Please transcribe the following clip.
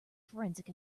forensic